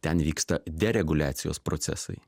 ten vyksta dereguliacijos procesai